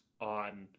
on